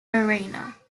arena